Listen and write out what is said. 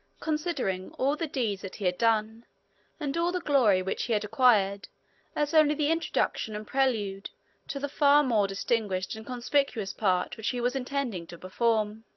considering all the deeds that he had done and all the glory which he had acquired as only the introduction and prelude to the far more distinguished and conspicuous part which he was intending to perform.